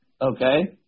okay